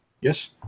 yes